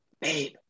Babe